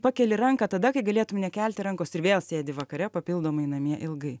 pakeli ranką tada kai galėtum nekelti rankos ir vėl sėdi vakare papildomai namie ilgai